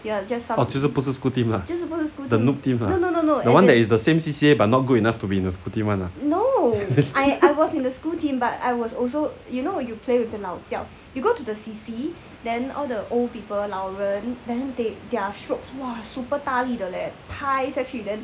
就是不是 school team lah the noob team lah the [one] that it's the same C_C_A but not good enough to be in the school team [one] lah